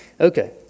Okay